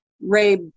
Ray